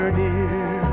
dear